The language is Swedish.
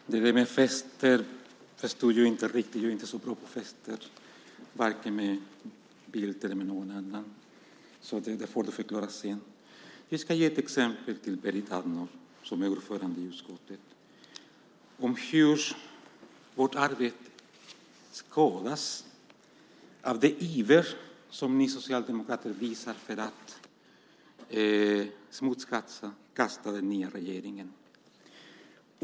Fru talman! Det där med fester förstod jag inte riktigt. Jag är inte så bra på fester, varken med Carl Bildt eller med någon annan. Det får du förklara sedan. Jag ska ge Berit Andnor, som är ordförande i utskottet, ett exempel på hur vårt arbete skadas av den iver som ni socialdemokrater visar för att smutskasta den nya regeringen.